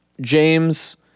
james